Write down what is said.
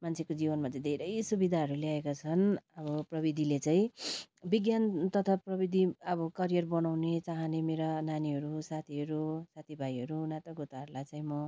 मान्छेको जीवनमा चाहिँ धेरै सुविधाहरू ल्याएका छन् अब प्रविधिले चाहिँ विज्ञान तथा प्रविधि अब करियर बनाउने चाहने मेरा नानीहरू साथीहरू साथी भाइहरू नाता गोताहरूलाई चाहिँ म